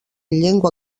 llengua